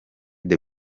the